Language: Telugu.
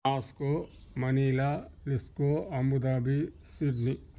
Moscow Manila Abu Dhabi Sydney